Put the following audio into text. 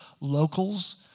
locals